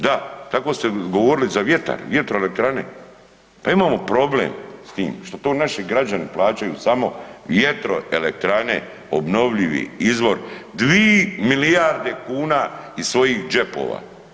Da, tako ste govorili za vjetar, vjetroelektrane, pa imamo problem s time što to naši građani plaćaju, samo vjetroelektrane, obnovljivi izvor, 2 milijarde kuna iz svojih džepova.